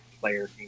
player